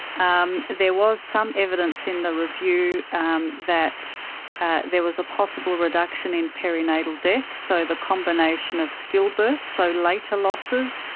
um there was some evidence in the review um that there was a possible reduction in perinatal deaths, so the combination of stillbirths, so later losses,